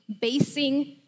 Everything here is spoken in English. basing